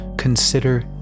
Consider